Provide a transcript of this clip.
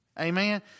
Amen